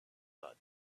blood